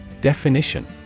Definition